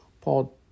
Paul